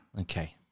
Okay